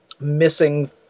missing